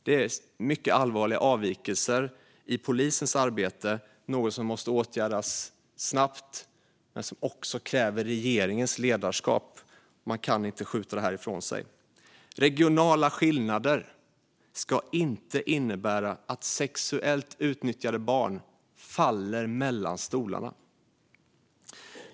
Det handlar om mycket allvarliga avvikelser i polisens arbete. Detta är något som måste åtgärdas snabbt och som kräver regeringens ledarskap. Man kan inte skjuta detta ifrån sig. Regionala skillnader ska inte innebära att sexuellt utnyttjade barn faller mellan stolarna.